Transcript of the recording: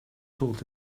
told